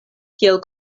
kiel